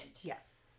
Yes